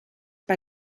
bei